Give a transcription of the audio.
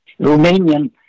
Romanian